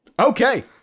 Okay